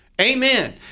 Amen